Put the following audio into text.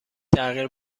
تغییر